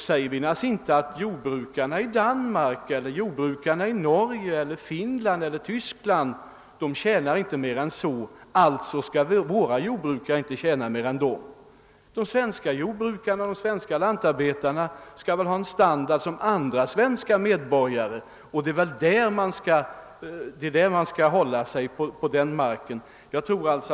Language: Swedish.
säger vi naturligtvis inte att jordbrukarna i Danmark eller jordbrukarna i Norge eller Finland eller Tyskland inte tjänar mer än så eller så, alltså skall våra jordbrukare inte tjäna mer än de. De svenska jordbrukarna och de svenska lantarbetarna skall ha en standard som andra svenska medborgare. Det är på den marken man skall hålla sig.